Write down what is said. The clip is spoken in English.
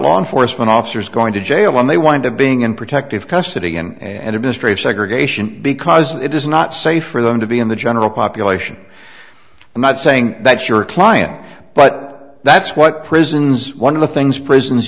law enforcement officers going to jail when they wind up being in protective custody and administrative segregation because it is not safe for them to be in the general population i'm not saying that's your client but that's what prisons one of the things prisons